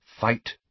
FIGHT